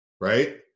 right